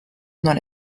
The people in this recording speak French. dans